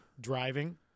Driving